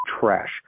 trash